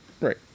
Right